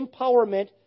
empowerment